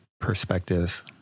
perspective